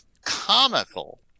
comical